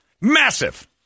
massive